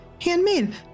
handmade